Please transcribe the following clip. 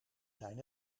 zijn